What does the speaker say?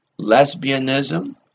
Lesbianism